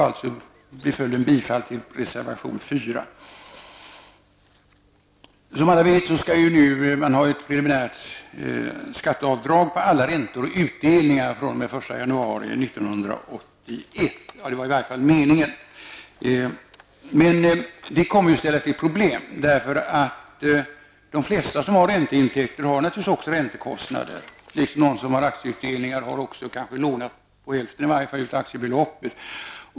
Följden blir bifall till reservation nr 4. Som alla vet skall man nu göra ett preliminärt skatteavdrag för alla räntor och utdelningar fr.o.m. den 1 januari 1991. Det var i alla fall meningen. Det kommer att ställa till problem. De flesta som har ränteintäkter har naturligtvis också räntekostnader, liksom de som har aktieutdelningar kanske har lånat på hälften av aktiebeloppet.